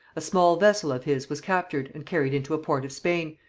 a small vessel of his was captured and carried into a port of spain,